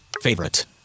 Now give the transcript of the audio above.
Favorite